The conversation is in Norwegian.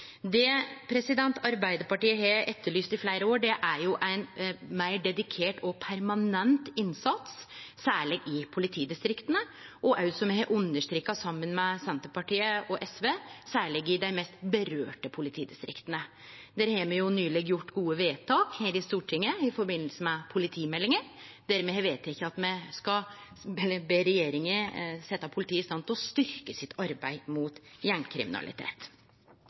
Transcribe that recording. Det Arbeidarpartiet har etterlyst i fleire år, er ein meir dedikert og permanent innsats, særleg i politidistrikta, og, som me har understreka saman med Senterpartiet og SV, særleg i dei politidistrikta dette angår mest. Der har me nyleg gjort gode vedtak her i Stortinget i forbindelse med politimeldinga, der me har vedteke at me skal be regjeringa setje politiet i stand til å styrkje arbeidet mot gjengkriminalitet.